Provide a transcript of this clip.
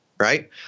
right